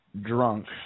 drunk